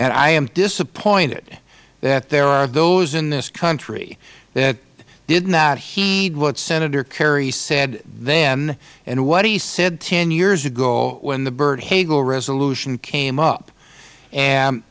and i am disappointed that there are those in this country that did not heed what senator kerry said then and what he said ten years ago when the byrd hagel resolution came up and